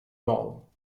bal